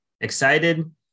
Excited